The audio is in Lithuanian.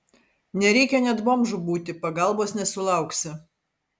nereikia net bomžu būti pagalbos nesulauksi